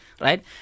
right